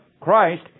Christ